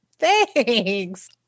Thanks